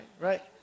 right